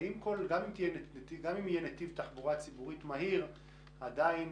גם אם יהיה נתיב תחבורה מהיר אנחנו עדיין